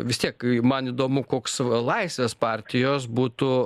vis tiek man įdomu koks va laisvės partijos būtų